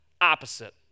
opposite